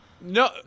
No